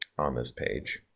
on this page.